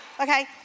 Okay